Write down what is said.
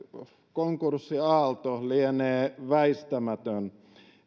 konkurssiaalto lienee väistämätön